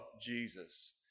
Jesus